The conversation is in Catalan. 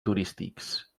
turístics